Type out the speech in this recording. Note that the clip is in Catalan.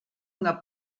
una